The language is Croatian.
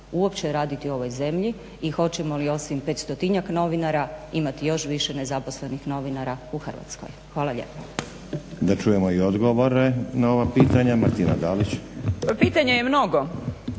uopće raditi u ovoj zemlji i hoćemo li osim 500-njak novinara imati još više nezaposlenih novinara u Hrvatskoj? Hvala lijepa. **Stazić, Nenad (SDP)** Da čujemo i odgovore na ova pitanja. Martina Dalić. **Dalić,